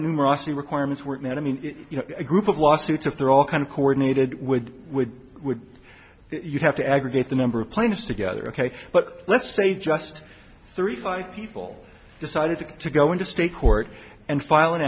numerosity requirements were met i mean you know a group of lawsuits if they're all kind of coordinated would would would you have to aggregate the number of plaintiffs together ok but let's say just thirty five people decided to go into state court and fil